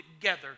together